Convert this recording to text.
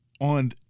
on